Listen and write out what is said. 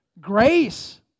Grace